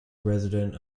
resident